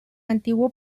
antiguo